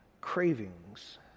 cravings